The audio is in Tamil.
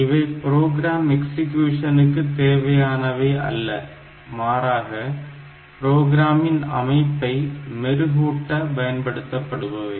இவை புரோக்ராம் எக்ஸிக்யூஷனுக்கு தேவையானவை அல்ல மாறாக புரோகிராமின் அமைப்பை மெருகூட்ட பயன்படுத்தப்படுபவை